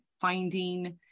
finding